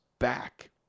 back